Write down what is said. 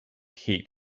heat